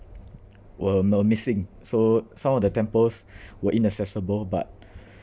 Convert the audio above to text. were m~ missing so some of the temples were inaccessible but